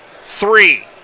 three